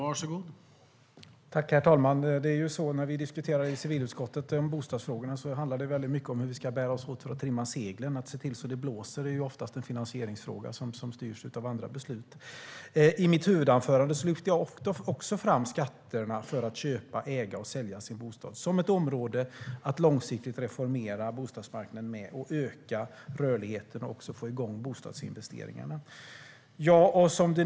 Herr talman! När vi diskuterar bostadsfrågorna i civilutskottet handlar det i stor utsträckning om hur vi ska bära oss åt för att trimma seglen. Att se till att det blåser är ofta en finansieringsfråga som styrs av andra beslut. I mitt huvudanförande lyfte jag också fram skatterna för att köpa, äga och sälja sin bostad. Det är ett område där man kan reformera bostadsmarknaden på lång sikt. Man kan öka rörligheten och även få igång bostadsinvesteringarna.